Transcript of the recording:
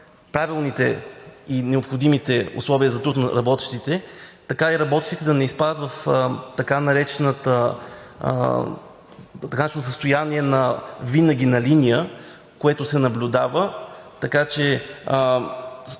правилните и необходимите условия за труд на работещите, така и работещите да не изпадат в така нареченото състояние винаги на линия, което се наблюдава. Така че